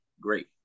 Great